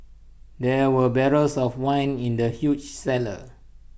there were barrels of wine in the huge cellar